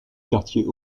quartier